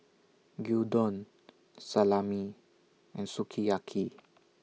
Gyudon Salami and Sukiyaki